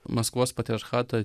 maskvos patriarchato